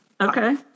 Okay